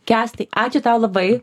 kęstai ačiū tau labai